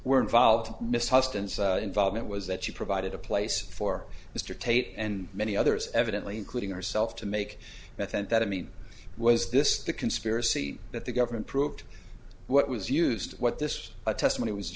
were involved miss huston involvement was that she provided a place for mr tate and many others evidently including herself to make methamphetamine was this the conspiracy that the government proved what was used what this test